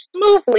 smoothly